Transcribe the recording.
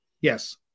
Yes